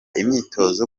imyitozo